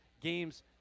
games